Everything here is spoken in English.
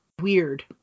weird